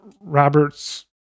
Roberts